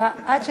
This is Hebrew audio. מחכה עד שתעלה.